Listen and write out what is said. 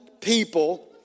people